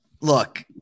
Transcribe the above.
Look